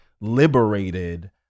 liberated